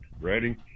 ready